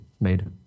made